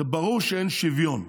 זה ברור שאין שוויון.